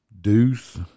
Deuce